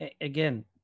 Again